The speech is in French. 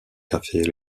cafés